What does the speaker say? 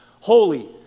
holy